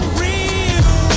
real